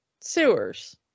sewers